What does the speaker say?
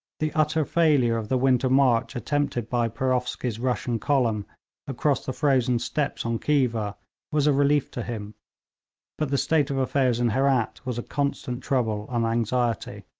the utter failure of the winter march attempted by peroffski's russian column across the frozen steppes on khiva was a relief to him but the state of affairs in herat was a constant trouble and anxiety.